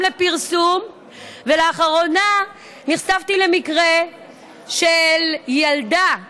לאחרונה נחשפתי למקרה של ילדה,